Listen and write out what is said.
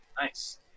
Nice